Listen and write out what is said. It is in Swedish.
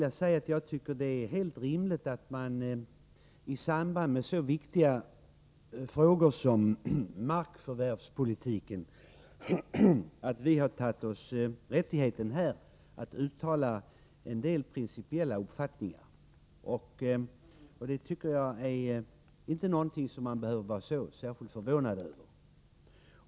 Att vi i samband med en så viktig fråga som markförvärvspolitiken har tagit oss friheten att uttala en del principiella uppfattningar är inte någonting som Håkan Strömberg behöver vara särskilt förvånad över.